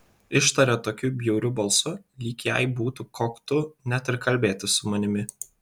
ištarė tokiu bjauriu balsu lyg jai būtų koktu net ir kalbėtis su manimi